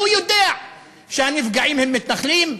הוא יודע שהנפגעים הם מתנחלים,